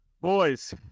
Boys